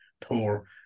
poor